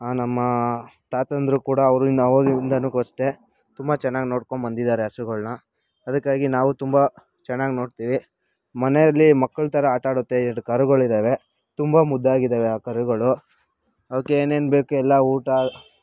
ಆ ನಮ್ಮ ತಾತಂದಿರು ಕೂಡ ಅವ್ರಿಂದ ಆವಾಗಿಂದನೂ ಅಷ್ಟೇ ತುಂಬ ಚೆನ್ನಾಗಿ ನೋಡ್ಕೊಂಡ್ಬಂದಿದಾರೆ ಹಸುಗಳನ್ನ ಅದಕ್ಕಾಗಿ ನಾವು ತುಂಬ ಚೆನ್ನಾಗಿ ನೋಡ್ತೀವಿ ಮನೆಯಲ್ಲಿ ಮಕ್ಕಳ ಥರ ಆಟಾಡುತ್ತೆ ಎರಡು ಕರುಗಳಿದ್ದಾವೆ ತುಂಬ ಮುದ್ದಾಗಿದ್ದಾವೆ ಆ ಕರುಗಳು ಅವ್ಕೇನೇನು ಬೇಕು ಎಲ್ಲ ಊಟ